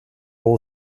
all